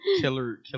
killer